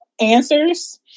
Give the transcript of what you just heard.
answers